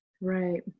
right